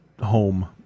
home